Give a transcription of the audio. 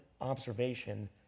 observation